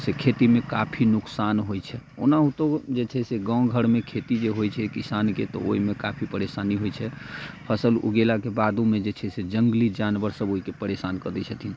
से खेतीमे काफी नुकसान होइत छै ओनाहुतो जे छै से गाँव घरमे खेती जे होइत छै किसानके तऽ ओहिमे काफी परेशानी होइत छै फसल उगेलाके बादोमे जे छै से जङ्गली जानवर सब ओहिके परेशान कऽ दै छथिन